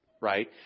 right